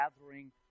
gathering